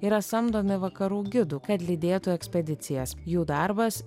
yra samdomi vakarų gidų kad lydėtų ekspedicijas jų darbas